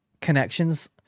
connections